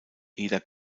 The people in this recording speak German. eder